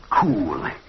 cool